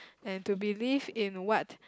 and to believe in what